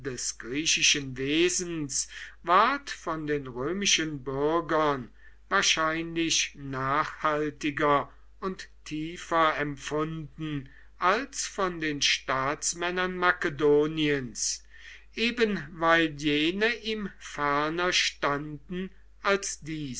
des griechischen wesens ward von den römischen bürgern wahrscheinlich nachhaltiger und tiefer empfunden als von den staatsmännern makedoniens eben weil jene ihm ferner standen als